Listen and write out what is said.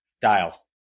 Dial